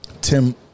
Tim